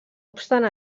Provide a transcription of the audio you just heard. obstant